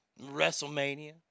WrestleMania